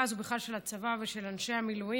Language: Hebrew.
הזאת של הצבא בכלל ושל אנשי המילואים,